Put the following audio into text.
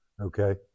Okay